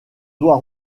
doit